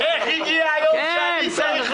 הכשירו אותם להיות מהנדסים כדי לתחזק